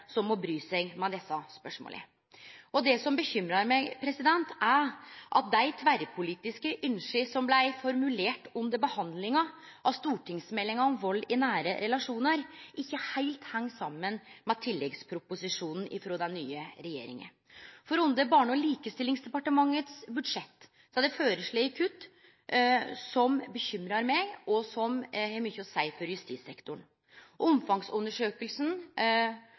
som må bry seg med desse spørsmåla. Det som bekymrar meg, er at dei tverrpolitiske ynska som blei formulerte under behandlinga av stortingsmeldinga om vald i nære relasjonar, ikkje heilt heng saman med tilleggsproposisjonen frå den nye regjeringa. Under Barne- og likestillingsdepartementets budsjett er det føreslått kutt som bekymrar meg, og som har mykje å seie for justissektoren.